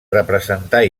representar